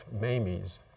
Mamie's